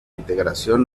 integración